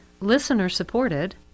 listener-supported